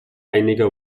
einige